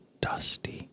dusty